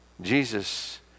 Jesus